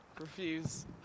Refuse